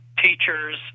teachers